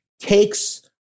takes